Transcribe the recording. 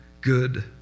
good